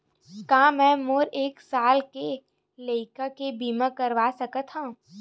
का मै मोर एक साल के लइका के बीमा करवा सकत हव?